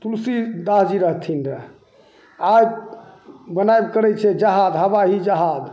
तुलसीदासजी रहथिन रहै आइ बनाएल करै छै जहाज हवाइ जहाज